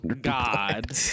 god